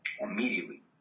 immediately